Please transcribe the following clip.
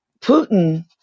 Putin